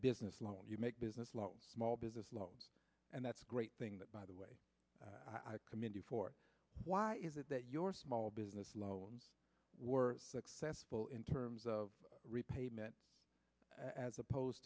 business loan you make business lot smaller business loans and that's a great thing that by the way i commend you for why is it that your small business loans were successful in terms of repayment as opposed